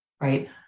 right